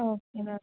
okay ma'am